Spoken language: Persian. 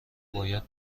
باید